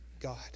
God